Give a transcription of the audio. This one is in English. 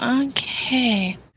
Okay